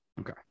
Okay